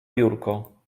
biurko